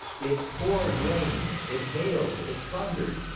it poured rain, it hailed, it thundered,